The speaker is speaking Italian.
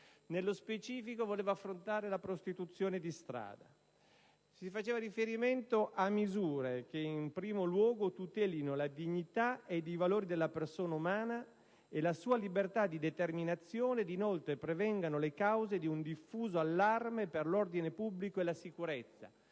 Nello specifico voleva affrontare la prostituzione di strada, facendo riferimento a misure che in primo luogo tutelino la dignità, i valori della persona umana e la sua libertà di determinazione ed in secondo luogo prevengano le cause di un diffuso allarme per l'ordine pubblico e la sicurezza.